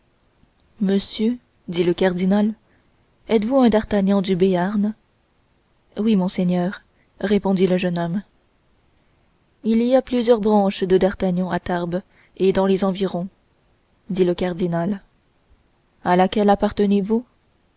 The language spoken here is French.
monsieur lui dit le cardinal êtes-vous un d'artagnan du béarn oui monseigneur répondit le jeune homme il y a plusieurs branches de d'artagnan à tarbes et dans les environs dit le cardinal à laquelle appartenez vous